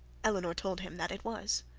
elinor told him that it was.